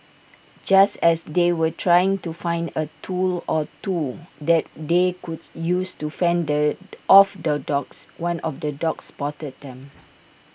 just as they were trying to find A tool or two that they could use to fend the off the dogs one of the dogs spotted them